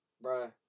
bro